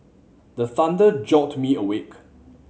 the thunder jolt me awake